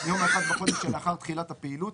מיום 1 בחודש שלאחר תחילת הפעילות,